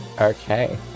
Okay